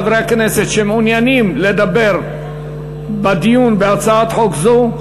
חברי הכנסת שמעוניינים לדבר בדיון בהצעת חוק זו,